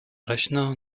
rechner